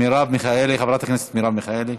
חברת הכנסת מרב מיכאלי.